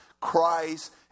Christ